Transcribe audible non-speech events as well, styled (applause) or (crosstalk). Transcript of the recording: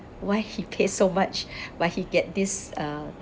why he paid so much (breath) why he get this uh uh